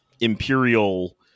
imperial